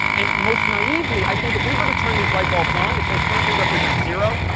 and most naively, i think, if we were to turn these light bulbs on, if they currently represent zero,